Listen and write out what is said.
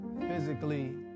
physically